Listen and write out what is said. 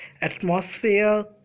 atmosphere